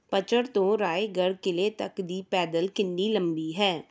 ਪਚੜ ਤੋਂ ਰਾਏਗੜ੍ਹ ਕਿਲ੍ਹੇ ਤੱਕ ਦੀ ਪੈਦਲ ਕਿੰਨੀ ਲੰਬੀ ਹੈ